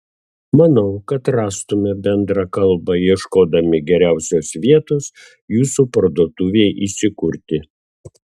manau kad rastumėme bendrą kalbą ieškodami geriausios vietos jūsų parduotuvei įsikurti